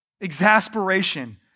Exasperation